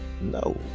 no